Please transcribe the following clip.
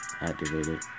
activated